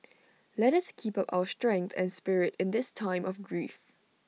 let us keep up our strength and spirit in this time of grief